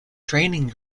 training